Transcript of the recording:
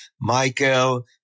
Michael